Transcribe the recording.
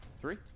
three